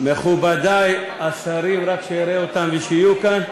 מכובדי השרים, רק שאראה אותם ושיהיו כאן.